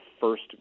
first